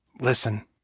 Listen